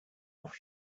off